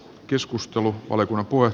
keskustelu oli puolet